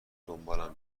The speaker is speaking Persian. دنبالم